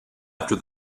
after